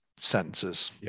sentences